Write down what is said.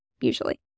usually